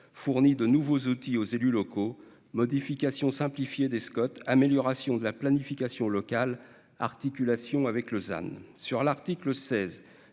fournit de nouveaux outils aux élus locaux modification simplifiée des Scott, amélioration de la planification locale articulation avec